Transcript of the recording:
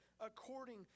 according